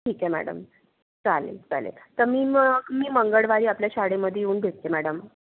ठिकए madam चालेल चालेल तर मी मग मी मग मंगडवारी आपल्या शाडेमधे येऊन भेटते मॅडम